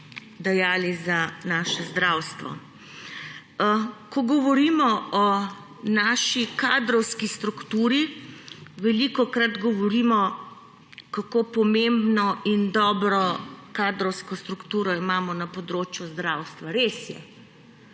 dajali za naše zdravstvo. Ko govorimo o naši kadrovski strukturi, velikokrat govorimo, kako pomembno in dobro kadrovsko strukturo imamo na področju zdravstva. Res je,